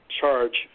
charge